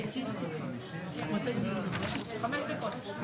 הישיבה ננעלה בשעה 14:32.